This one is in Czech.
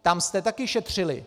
Tam jste také šetřili.